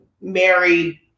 married